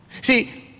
See